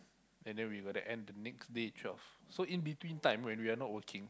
and then we were to end next day twelve so in between time when we are not working